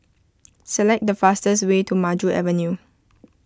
select the fastest way to Maju Avenue